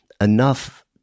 enough